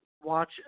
watch